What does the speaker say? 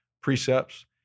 precepts